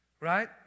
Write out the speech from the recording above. Right